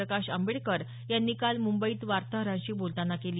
प्रकाश आंबेडकर यांनी काल मुंबईत वार्ताहरांशी बोलतांना केली